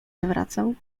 zwracał